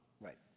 Right